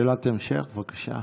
שאלת המשך, בבקשה.